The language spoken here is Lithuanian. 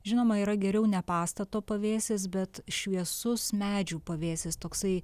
žinoma yra geriau ne pastato pavėsis bet šviesus medžių pavėsis toksai